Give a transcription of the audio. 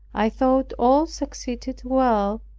i thought all succeeded well,